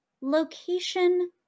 Location